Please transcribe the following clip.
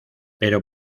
pero